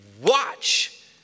watch